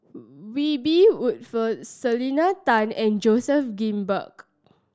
Wiebe Selena Tan and Joseph Grimberg